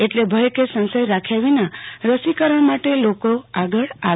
એટલે ભય કે સંસય રાખ્યા વિના રસીકરણ માટે આગળ આવે